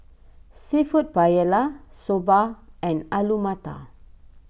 Seafood Paella Soba and Alu Matar